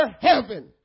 heaven